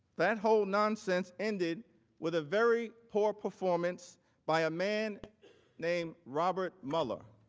that whole nonsense ended with a very poor performance by a man named robert mueller,